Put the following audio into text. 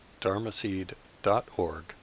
dharmaseed.org